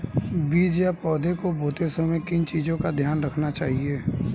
बीज या पौधे को बोते समय किन चीज़ों का ध्यान रखना चाहिए?